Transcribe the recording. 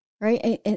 right